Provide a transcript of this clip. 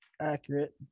accurate